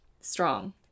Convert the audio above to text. strong